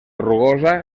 rugosa